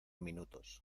minutos